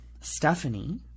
Stephanie